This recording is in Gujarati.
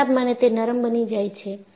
ઊંચા તાપમાને તે નરમ બની જાય છે